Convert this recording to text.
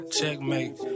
Checkmate